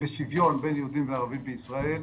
בשוויון בין יהודים וערבים בישראל.